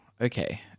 Okay